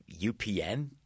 UPN